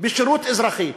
בשירות אזרחי: